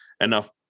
enough